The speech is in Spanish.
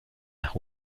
las